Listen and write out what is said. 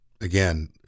again